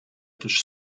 też